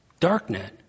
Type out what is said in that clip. darknet